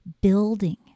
building